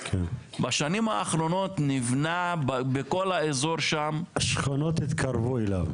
בשנים האחרונות נבנה בכל האזור שם --- שכונות התקרבו אליו.